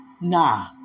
Nah